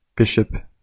Bishop